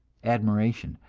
admiration,